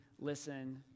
listen